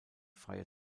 freie